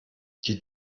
die